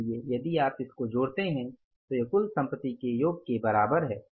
इसलिए यदि आप इसको जोड़ते है तो यह कुल संपत्ति के योग के बराबर हैं